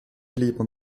lieber